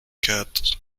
cats